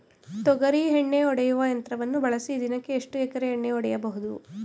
ತೊಗರಿ ಎಣ್ಣೆ ಹೊಡೆಯುವ ಯಂತ್ರವನ್ನು ಬಳಸಿ ದಿನಕ್ಕೆ ಎಷ್ಟು ಎಕರೆ ಎಣ್ಣೆ ಹೊಡೆಯಬಹುದು?